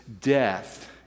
death